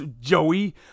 Joey